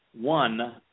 one